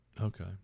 Okay